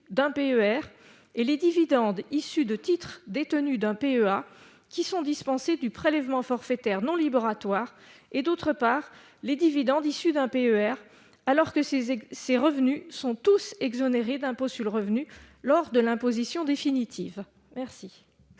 d'un PER et les dividendes issus de titres détenus d'un PEA, qui sont dispensés du prélèvement forfaitaire non libératoire et, d'autre part, les dividendes issus d'un PER, alors que ces revenus sont tous exonérés d'impôt sur le revenu lors de l'imposition définitive. Quel